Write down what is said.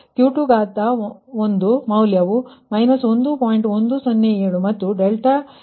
426 ಆಗಿದ್ದು ∆Q2 ಮೌಲ್ಯವು 1